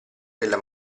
della